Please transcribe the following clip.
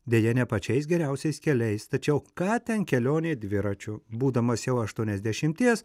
deja ne pačiais geriausiais keliais tačiau ką ten kelionė dviračiu būdamas jau aštuoniasdešimties